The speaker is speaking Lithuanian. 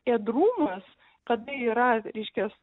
ėdrūnas kada yra reiškias